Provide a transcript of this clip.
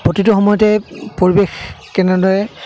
প্ৰতিটো সময়তে পৰিৱেশ কেনেদৰে